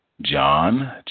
John